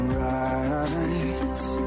rise